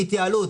מהתייעלות,